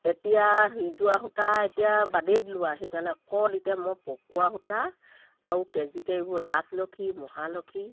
এতিয়া সিজোৱা সূতা এতিয়া বাদেই দিলো সেইকাৰণে অকল এতিয়া মই পকোৱা সূতা আৰু কেজিকৈ এইবোৰ ৰাজলখী মহালখী